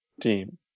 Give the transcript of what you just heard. team